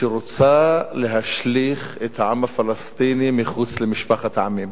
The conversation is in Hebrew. שרוצה להשליך את העם הפלסטיני מחוץ למשפחת העמים.